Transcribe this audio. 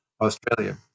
Australia